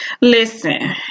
Listen